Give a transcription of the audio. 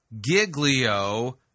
Giglio